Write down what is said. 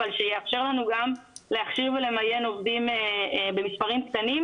אבל שיאפשר לנו גם להכשיר ולמיין עובדים במספרים קטנים,